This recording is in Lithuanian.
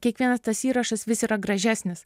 kiekvienas tas įrašas vis yra gražesnis